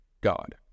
God